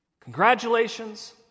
Congratulations